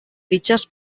fitxes